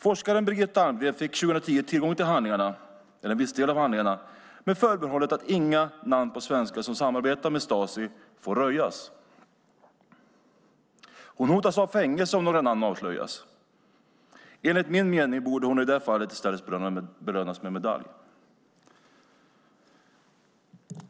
Forskaren Birgitta Almgren fick 2010 tillgång till en viss del av handlingarna med förbehållet att inga namn på svenskar som samarbetat med Stasi får röjas. Hon hotas av fängelse om några namn avslöjas. Enligt min mening borde hon i det fallet i stället belönas med en medalj.